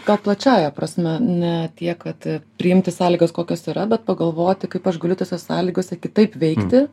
ta plačiąja prasme ne tiek kad priimti sąlygas kokios yra bet pagalvoti kaip aš galiu tose sąlygose kitaip veikti